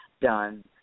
done